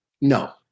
No